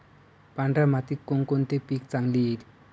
पांढऱ्या मातीत कोणकोणते पीक चांगले येईल?